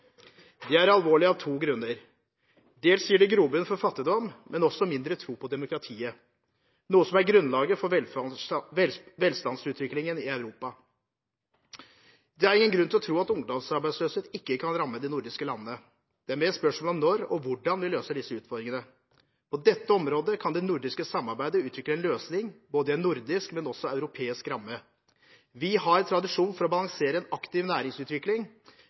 er alvorlig av to grunner: Dels gir det grobunn for fattigdom, men det gir også mindre tro på demokratiet – noe som er grunnlaget for velstandsutviklingen i Europa. Det er ingen grunn til å tro at ungdomsarbeidsløshet ikke kan ramme de nordiske landene. Det er mer et spørsmål om når og hvordan vi løser disse utfordringene. På dette området kan det nordiske samarbeidet utvikle en løsning, i både en nordisk og en europeisk ramme. Vi har tradisjon for å balansere en aktiv næringsutvikling